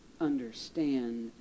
understand